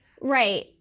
Right